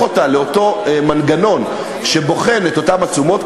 אותה למנגנון שבוחן את אותן עצומות.